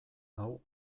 hau